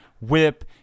whip